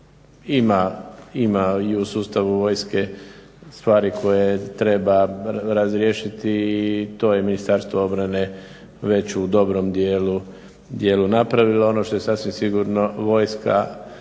ima i u sustavu vojske stvari koje treba razriješiti i to je Ministarstvo obrane već u dobrom dijelu napravilo. Ono što je sasvim sigurno vojska